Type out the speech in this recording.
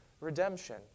redemption